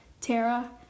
Tara